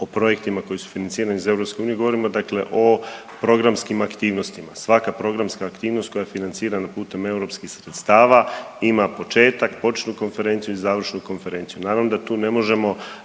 o projektima koji su financirani iz EU govorimo dakle o programskim aktivnostima. Svaka programska aktivnost koja je financirana putem europskih sredstava ima početak, početnu konferenciju i završnu konferenciju.